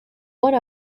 one